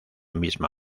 misma